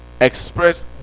express